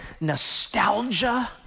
nostalgia